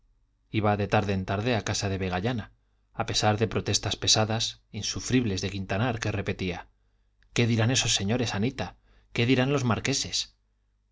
iba de tarde en tarde a casa de vegallana a pesar de protestas pesadas insufribles de quintanar que repetía qué dirán esos señores anita qué dirán los marqueses